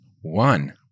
one